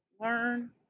learn